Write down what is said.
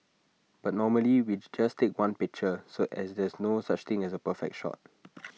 but normally which just take one picture so as there's no such thing as A perfect shot